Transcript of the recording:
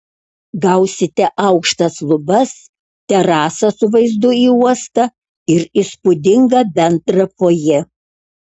gausite aukštas lubas terasą su vaizdu į uostą ir įspūdingą bendrą fojė